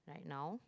right now